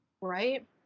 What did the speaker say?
Right